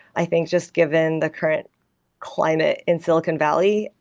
i think just given the current climate in silicon valley,